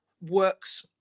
works